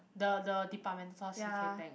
the the departmental store c_k tang ah